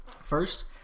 First